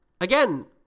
again